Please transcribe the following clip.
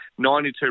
92